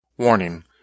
Warning